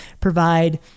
provide